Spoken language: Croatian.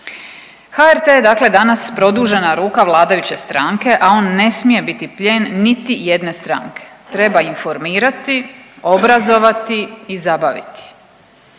dakle danas produžena ruka vladajuće stranke, a on ne smije biti plijen niti jedne strane. Treba informirati, obrazovati i zabaviti,